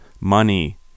money